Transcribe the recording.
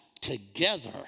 together